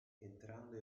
entrando